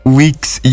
week's